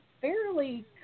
fairly